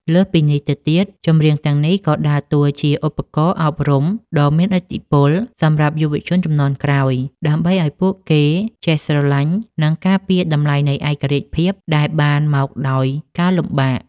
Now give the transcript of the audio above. លើសពីនេះទៅទៀត ចម្រៀងទាំងនេះក៏ដើរតួជាឧបករណ៍អប់រំដ៏មានឥទ្ធិពលសម្រាប់យុវជនជំនាន់ក្រោយ ដើម្បីឱ្យពួកគេចេះស្រឡាញ់ និងការពារតម្លៃនៃឯករាជ្យភាពដែលបានមកដោយការលំបាក។